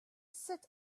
set